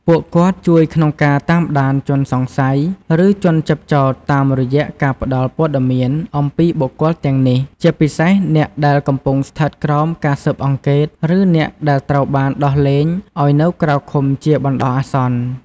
ពួកគាត់ជួយក្នុងការតាមដានជនសង្ស័យ ឬជនជាប់ចោទតាមរយៈការផ្ដល់ព័ត៌មានអំពីបុគ្គលទាំងនេះ ជាពិសេសអ្នកដែលកំពុងស្ថិតក្រោមការស៊ើបអង្កេត ឬអ្នកដែលត្រូវបានដោះលែងឲ្យនៅក្រៅឃុំជាបណ្ដោះអាសន្ន។